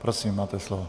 Prosím, máte slovo.